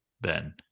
Ben